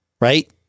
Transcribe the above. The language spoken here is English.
right